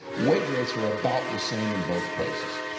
wage rates are about the same in both places.